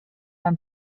and